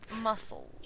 muscles